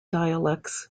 dialects